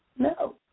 No